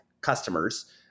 customers